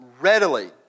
readily